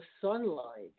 sunlight